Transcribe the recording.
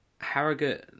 Harrogate